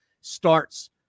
starts